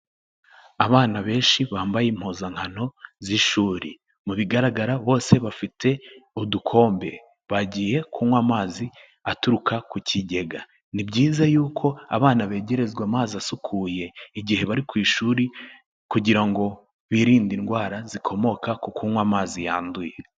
Abana benshi bambaye impuzankano z'ishuri mu bigaragara bose bafite udukombe, bagiye kunywa amazi aturuka ku kigega, ni byiza yuko abana begerezwa amazi asukuye igihe bari ku ishuri kugira ngo birinde indwara zikomoka ku kunywa amazi yanduye.